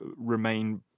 remain